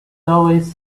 always